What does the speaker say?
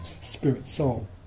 spirit-soul